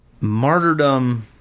Martyrdom